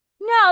No